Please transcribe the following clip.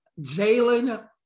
Jalen